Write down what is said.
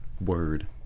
Word